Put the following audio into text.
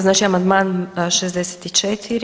Znači amandman 64.